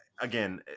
again